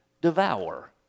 devour